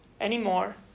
anymore